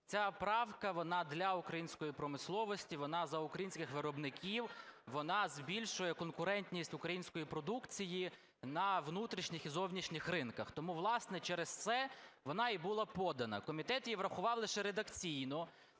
ця правка, вона для української промисловості, вона за українських виробників, вона збільшує конкурентність української продукції на внутрішніх і зовнішніх ринках. Тому, власне, через це вона і була подана. Комітет її врахував лише редакційно.